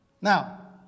Now